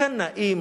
קנאים,